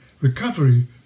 recovery